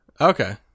Okay